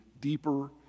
deeper